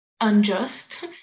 unjust